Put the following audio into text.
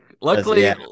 Luckily